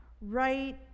right